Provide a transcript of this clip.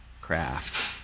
craft